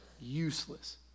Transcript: Useless